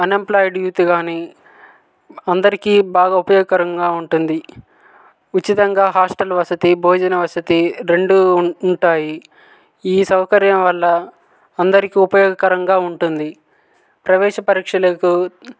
అన్ ఎంప్లొయెడ్ youth కానీ అందరికీ బాగా ఉపయోగకరంగా ఉంటుంది ఉచితంగా హాస్టల్ వసతి భోజనం వసతి రెండు ఉంటాయి ఈ సౌకర్యం వల్ల అందరికీ ఉపయోగకరంగా ఉంటుంది ప్రవేశ పరీక్షలకు